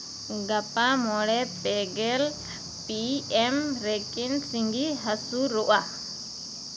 ᱜᱟᱯᱟ ᱢᱚᱬᱮ ᱯᱮᱜᱮᱞ ᱯᱤ ᱮᱢ ᱨᱮᱠᱤ ᱥᱤᱸᱜᱤᱭ ᱦᱟᱹᱥᱩᱨᱚᱜᱼᱟ